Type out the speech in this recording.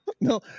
No